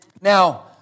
Now